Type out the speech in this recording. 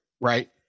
right